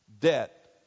debt